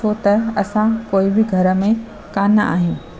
छो त असां कोई बि घर में कोन आहियूं